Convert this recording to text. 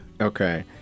Okay